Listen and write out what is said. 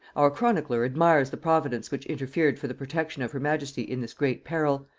our chronicler admires the providence which interfered for the protection of her majesty in this great peril,